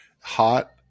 hot